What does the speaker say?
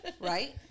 Right